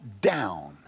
down